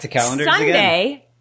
Sunday